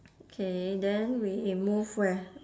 okay then we move where